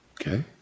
Okay